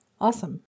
Awesome